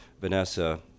Vanessa